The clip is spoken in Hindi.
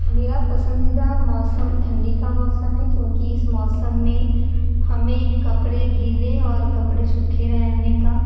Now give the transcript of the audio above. मेरा पसंदीदा मौसम ठंडी का मौसम है क्योंकि इस मौसम में हमें कपड़े गीले और कपड़े सूखे रहने का